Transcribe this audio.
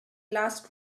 last